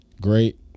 great